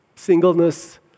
Singleness